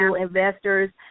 investors